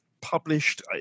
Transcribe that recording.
published